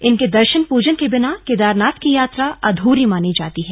इनके दर्शन पूजन के बिना केदारनाथ की यात्रा अधूरी मानी जाती है